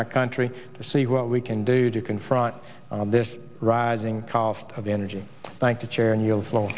our country to see what we can do to confront this rising cost of energy thank the chair and you'll slow